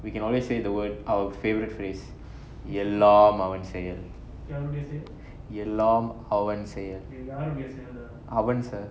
we can always say the word our favourite phrase எல்லாம் அவன் செயல்:ellam avan seiyal